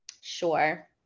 Sure